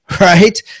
right